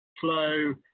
Flow